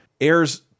airs